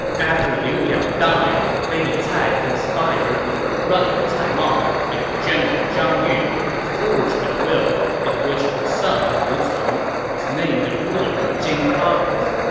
after liu biao died, lady cai conspired with her brother cai mao and the general zhang yun to forge a will in which her son, liu cong, was named the ruler of jing province.